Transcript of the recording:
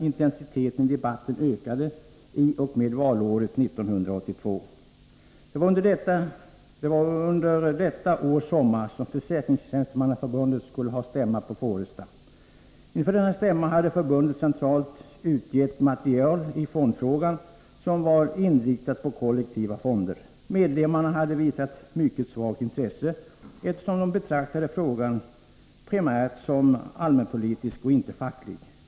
Intensiteten i debatten ökade i och med valåret 1982. Det var under detta års sommar som Försäkringstjänstemannaförbundet hade stämma på Foresta. Inför denna stämma hade förbundet centralt utgett material i fondfrågan som var inriktat på kollektiva fonder. Medlemmarna hade visat mycket svagt intresse, eftersom de betraktade frågan primärt som allmänpolitisk och inte facklig.